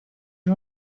you